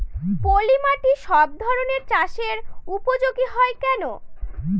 পলিমাটি সব ধরনের চাষের উপযোগী হয় কেন?